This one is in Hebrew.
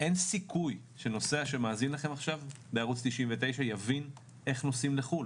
אין סיכוי שנוסע שמאזין לכם עכשיו בערוץ 99 יבין איך נוסעים לחו"ל,